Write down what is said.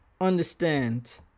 understand